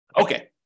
Okay